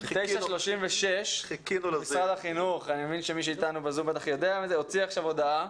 משרד החינוך הוציא הודעה.